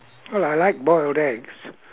well I like boiled eggs